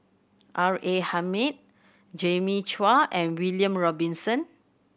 R A Hamid Jimmy Chua and William Robinson